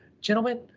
gentlemen